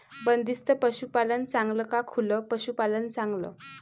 बंदिस्त पशूपालन चांगलं का खुलं पशूपालन चांगलं?